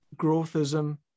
growthism